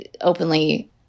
openly